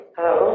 Hello